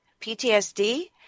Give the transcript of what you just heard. PTSD